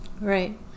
Right